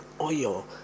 oil